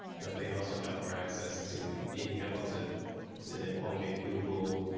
but they also got more access to being able to sit at home and google,